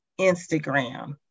Instagram